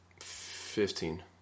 Fifteen